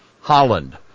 Holland